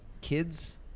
Kids